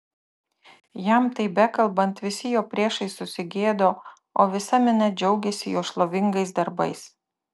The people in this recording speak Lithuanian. jam tai bekalbant visi jo priešai susigėdo o visa minia džiaugėsi jo šlovingais darbais